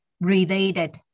related